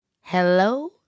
Hello